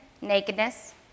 nakedness